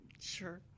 Sure